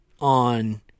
on